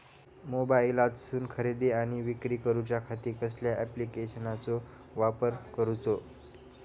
मोबाईलातसून खरेदी आणि विक्री करूच्या खाती कसल्या ॲप्लिकेशनाचो वापर करूचो?